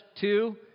Two